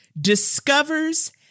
discovers